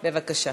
בבקשה.